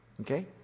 Okay